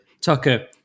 Tucker